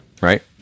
Right